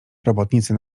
robotnicy